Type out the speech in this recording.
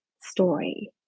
story